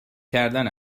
کردن